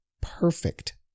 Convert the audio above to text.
perfect